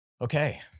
Okay